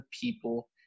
people